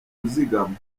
kuzigama